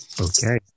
okay